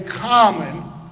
common